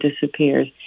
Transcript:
disappears